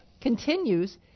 continues